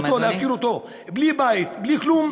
זקן, להשאיר אותו, להפקיר אותו בלי בית, בלי כלום?